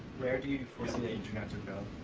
where do you foresee the internet to go?